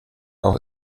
auch